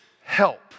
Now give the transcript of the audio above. help